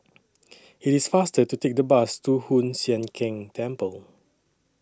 IT IS faster to Take The Bus to Hoon Sian Keng Temple